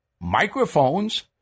microphones